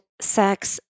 sex